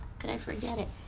could i forget it?